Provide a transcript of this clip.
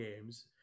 games